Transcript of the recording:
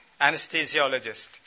anesthesiologist